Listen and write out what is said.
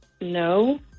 No